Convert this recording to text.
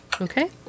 Okay